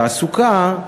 לתעסוקה,